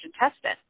intestine